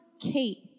Kate